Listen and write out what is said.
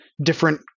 different